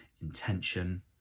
intention